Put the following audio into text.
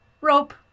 Rope